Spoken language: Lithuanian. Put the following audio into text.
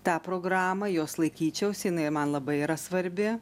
tą programą jos laikyčiausi jinai man labai yra svarbi